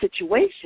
situation